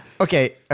Okay